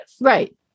Right